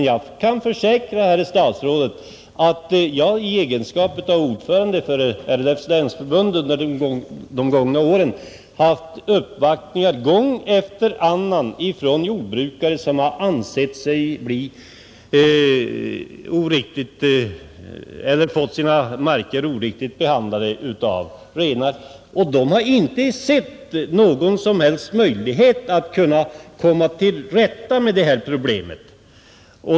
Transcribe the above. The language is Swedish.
Jag kan försäkra herr statsrådet att jag i egenskap av ordförande för LRF:s länsförbund under de gångna åren gång efter annan haft uppvaktningar ifrån jordbrukare som har ansett sig ha fått sina marker förstörda av renar. De har inte sett någon som helst möjlighet att kunna komma till rätta med det här problemet.